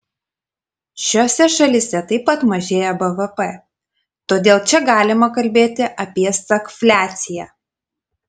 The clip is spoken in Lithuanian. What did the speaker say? šiose šalyse taip pat mažėja bvp todėl čia galima kalbėti apie stagfliaciją